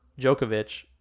Djokovic